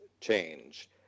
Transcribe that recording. change